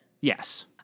Yes